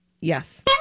Yes